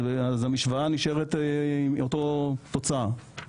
אז המשוואה נשארת עם אותה תוצאה,